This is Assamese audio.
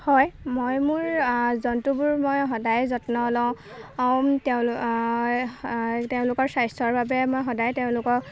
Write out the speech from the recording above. হয় মই মোৰ জন্তুবোৰ মই সদায় যত্ন লওঁ তেওঁলোকৰ স্বাস্থ্যৰ বাবে মই সদায় তেওঁলোকক